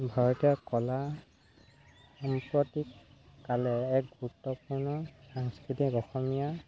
ভাৰতীয় কলা সম্প্ৰতিককালে এক গুৰুত্বপূৰ্ণ সাংস্কৃতিক অসমীয়া